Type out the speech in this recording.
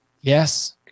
Yes